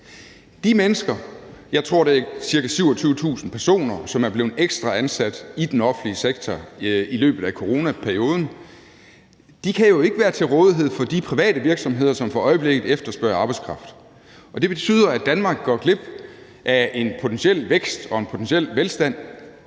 tror, det er ca. 27.000 personer ekstra – som er blevet ansat i den offentlige sektor i løbet af coronaperioden, kan jo ikke være til rådighed for de private virksomheder, som for øjeblikket efterspørger arbejdskraft. Og det betyder, at Danmark går glip af en potentiel vækst og en potentiel velstand,